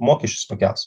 mokesčius pakels